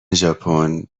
ژاپن